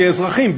כאזרחים,